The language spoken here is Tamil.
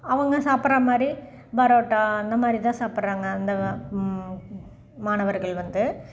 அவங்க சாப்பிட்ற மாதிரி பரோட்டா அந்த மாதிரி தான் சாப்பிட்றாங்க அந்த வ மாணவர்கள் வந்து